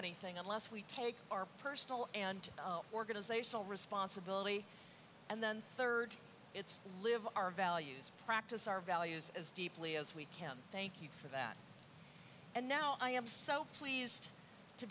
anything unless we take our personal and organizational responsibility and then third it's live our values practice our values as deeply as we can thank you for that and now i am so pleased to